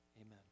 amen